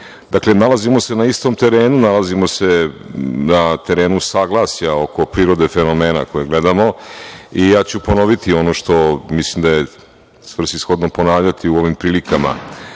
nalazimo se na istom terenu, nalazimo se na terenu saglasja oko prirode fenomena, koje ne damo, i ja ću ponoviti, ono što mislim da je svrsishodno, ponavljati u ovim prilikama,